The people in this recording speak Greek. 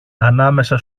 ανάμεσα